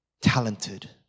talented